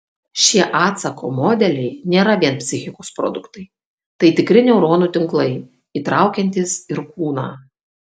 šie atsako modeliai nėra vien psichikos produktai tai tikri neuronų tinklai įtraukiantys ir kūną